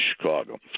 Chicago